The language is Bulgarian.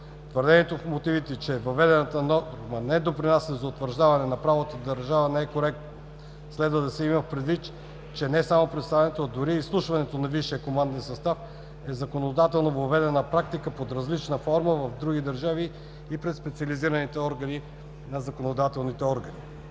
Твърдението в мотивите, че въведената норма не допринася за утвърждаване на правовата държава, не е коректно. Следва да се има предвид, че не само представянето, а дори и изслушването на висшия команден състав е законодателно въведена практика под различна форма в други държави и пред специализираните органи на законодателните органи.